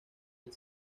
del